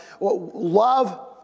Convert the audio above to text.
Love